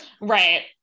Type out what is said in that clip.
Right